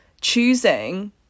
choosing